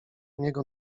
niego